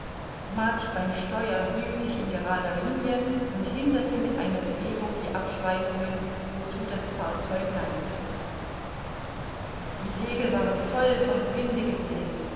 beim steuer hielt sich in gerader linie und hinderte mit einer bewegung die abschweifungen wozu das fahrzeug neigte die segel waren voll vom winde gebläht